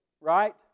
right